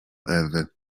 ewy